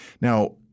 Now